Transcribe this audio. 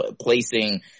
placing